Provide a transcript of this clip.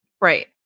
Right